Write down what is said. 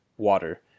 water